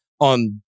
on